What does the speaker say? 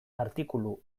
artikulu